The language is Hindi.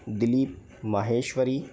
दिलीप महेश्वरी